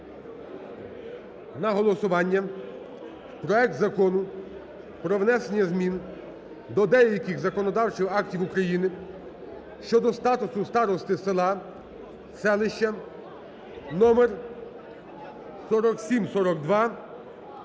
на голосування проект Закону про внесення змін до деяких законодавчих актів України щодо статусу старости села, селища (№ 4742)